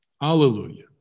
hallelujah